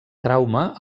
trauma